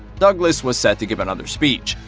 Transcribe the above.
douglass was set to give another speech.